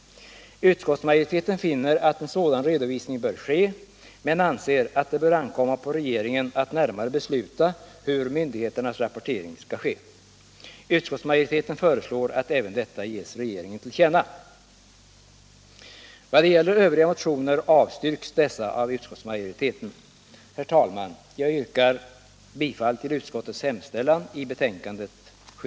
Utskottsmajoriteten finner att en sådan redovisning bör göras men anser att det bör ankomma på regeringen att närmare besluta hur myndigheternas rapportering skall ske. Utskottsmajoriteten föreslår att även detta ges regeringen till känna.